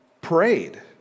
parade